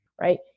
right